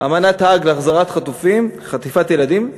אמנת האג להחזרת ילדים חטופים,